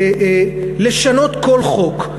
לשנות כל חוק.